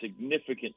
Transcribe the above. significant